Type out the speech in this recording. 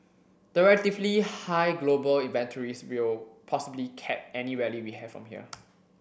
the relatively high global inventories will possibly cap any rally we have from here